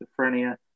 schizophrenia